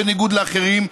בניגוד לאחרים,